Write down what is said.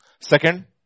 Second